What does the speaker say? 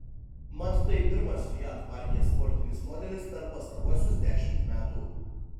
mat tai pirmas fiat markės sportinis modelis per pastaruosius dešimt metų